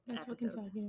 episodes